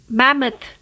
mammoth